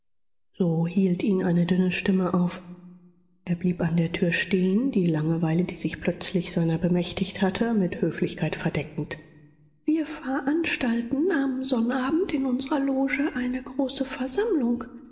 so hielt ihn eine dünne stimme auf er blieb an der tür stehen die langeweile die sich plötzlich seiner bemächtigt hatte mit höflichkeit verdeckend wir veranstalten am sonnabend in unserer loge eine große versammlung